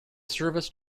service